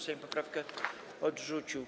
Sejm poprawkę odrzucił.